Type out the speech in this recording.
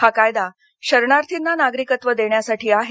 हा कायदा शरणार्थींना नागरिकत्व देण्यासाठी आहे